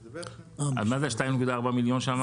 מה זה 2.4 מיליון שאמרת?